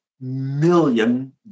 million